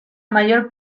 mayor